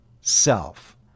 self